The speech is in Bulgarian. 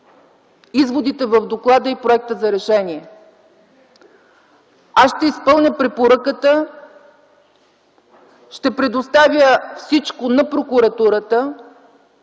изводите в доклада и проекта за решение. Аз ще изпълня препоръката - ще предоставя всичко на прокуратурата,